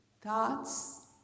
thoughts